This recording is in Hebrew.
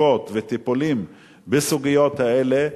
חקיקות וטיפולים בסוגיות האלה,